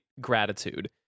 gratitude